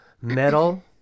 metal